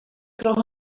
troch